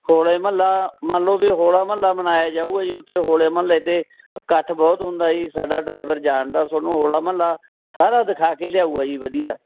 ਹੋਲੇ ਮਹੱਲਾ ਮੰਨ ਲਓ ਵੀ ਹੋਲਾ ਮਹੱਲਾ ਮਨਾਇਆ ਜਾਊਗਾ ਜੀ ਉੱਥੇ ਹੋਲੇ ਮਹੱਲੇ 'ਤੇ ਇਕੱਠ ਬਹੁਤ ਹੁੰਦਾ ਜੀ ਸਾਡਾ ਡਰਾਈਵਰ ਜਾਣਦਾ ਤੁਹਾਨੂੰ ਹੋਲਾ ਮਹੱਲਾ ਸਾਰਾ ਦਿਖਾ ਕੇ ਲਿਆਊਗਾ ਜੀ ਵਧੀਆ